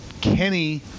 Kenny